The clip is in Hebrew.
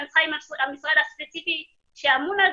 אני צריכה עם המשרד הספציפי שאמון על